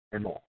MO